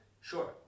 sure